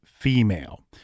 female